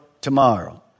tomorrow